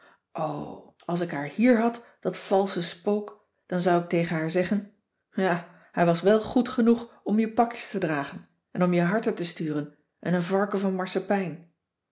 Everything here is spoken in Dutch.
als ik haar hier had dat valsche spook dan zou ik tegen haar zeggen ja hij was wel goed genoeg om je pakjes te dragen en om je harten te sturen en een varken van